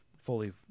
fully